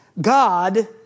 God